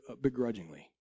begrudgingly